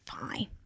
fine